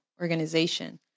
organization